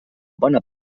bona